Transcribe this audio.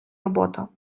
робота